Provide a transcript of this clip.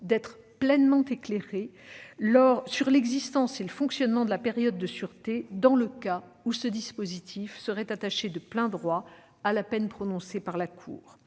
d'être pleinement éclairés sur l'existence et le fonctionnement de la période de sûreté, dans le cas où ce dispositif serait attaché de plein droit à la peine prononcée par la cour.